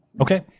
Okay